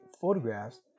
photographs